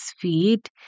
feet